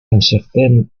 incertaine